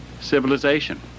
civilization